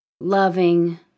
loving